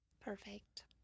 perfect